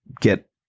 get